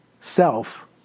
self